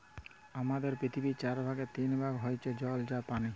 হামাদের পৃথিবীর চার ভাগের তিন ভাগ হইসে জল বা পানি